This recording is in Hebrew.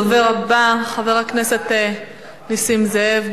הדובר הבא, חבר הכנסת נסים זאב,